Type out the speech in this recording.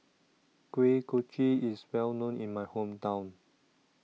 Kuih Kochi IS Well known in My Hometown